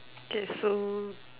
okay so